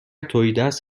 تهیدست